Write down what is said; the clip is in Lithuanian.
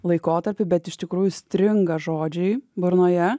laikotarpį bet iš tikrųjų stringa žodžiai burnoje